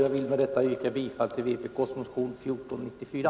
Jag vill med detta yrka bifall till vpk-motionen 1494.